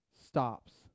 stops